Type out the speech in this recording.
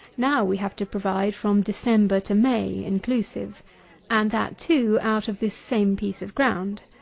now we have to provide from december to may inclusive and that, too, out of this same piece of ground.